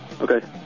Okay